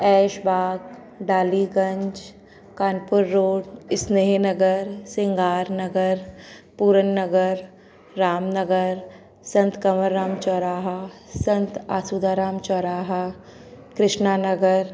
ऐशबाग डालीगंज कानपुरो इस्नेहनगर सिंगारनगर पूरननगर रामनगर संत कवर राम चौराहा संत आसूदाराम चौराहा कृष्ना नगर